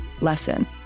lesson